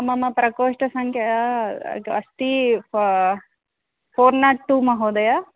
मम प्रकोष्ठसङ्ख्या अस्ति फ़ोर् नाट् टु महोदय